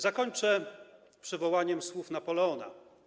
Zakończę przywołaniem słów Napoleona.